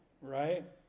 right